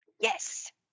Yes